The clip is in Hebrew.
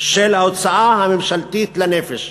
של ההוצאה הממשלתית לנפש.